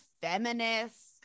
feminist